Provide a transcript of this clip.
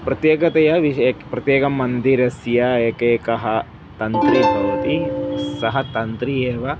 प्रत्येकतया विश् एकं प्रत्येकं मन्दिरस्य एकैकः तन्त्री भवति सः तन्त्री एव